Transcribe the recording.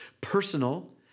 personal